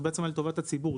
זה בעצם היה לטובת הציבור,